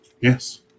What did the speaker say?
Yes